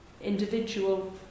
individual